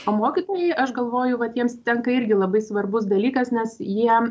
o mokytojai aš galvoju va jiems tenka irgi labai svarbus dalykas nes jiem